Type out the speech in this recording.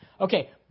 Okay